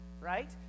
right